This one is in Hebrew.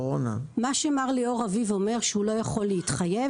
מה שמר ליאור אביב אומר זה שהוא לא יכול להתחייב,